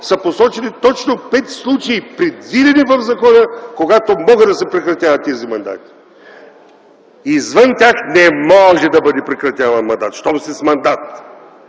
са посочени точно пет случая, предвидени в закона, когато могат да се прекратяват тези мандати. Извън тях не мо-о-оже да бъде прекратяван мандат, щом са с мандат!